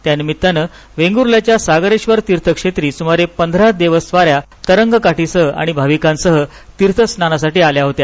त्यानिमित्ताने वेगुर्ल्याच्या सागरेश्वर तीर्क्षेत्री सुमारे पधरा देवस्वान्या तरंग काठी आणि भाविकासह तीर्थस्नानासाठी आल्या होत्या